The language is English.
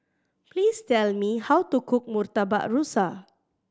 please tell me how to cook Murtabak Rusa